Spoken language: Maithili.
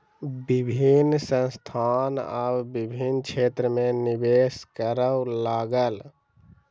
विभिन्न संस्थान आब विभिन्न क्षेत्र में निवेश करअ लागल